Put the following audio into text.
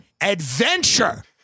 adventure